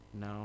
No